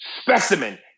specimen